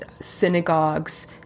synagogues